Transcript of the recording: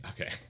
Okay